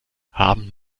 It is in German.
haben